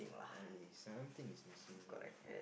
I something is missing here